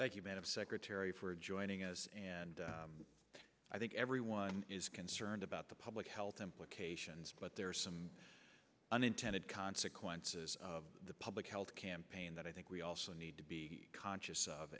thank you madam secretary for joining us and i think everyone is concerned about the public health implications but there are some unintended consequences of the public health campaign that i think we also need to be conscious of